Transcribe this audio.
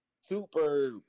super